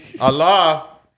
Allah